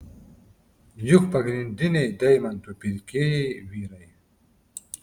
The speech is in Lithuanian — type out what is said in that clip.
juk pagrindiniai deimantų pirkėjai vyrai